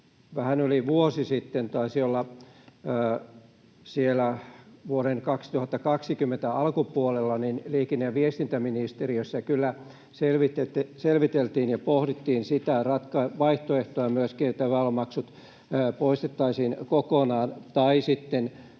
vähän yli vuosi sitten, taisi olla siellä vuoden 2020 alkupuolella, liikenne‑ ja viestintäministeriössä kyllä selviteltiin ja pohdittiin myöskin sitä vaihtoehtoa, että väylämaksut poistettaisiin kokonaan